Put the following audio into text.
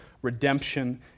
Redemption